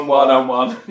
one-on-one